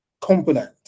component